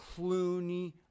Clooney